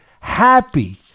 happy